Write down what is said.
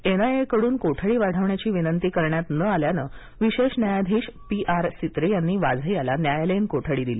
N I A कडून कोठडी वाढवण्याची विनंती करण्यात न आल्यानं विशेष न्यायाधीश पी आर सित्रे यांनी वाझे याला न्यायालयीन कोठडी दिली